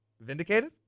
vindicated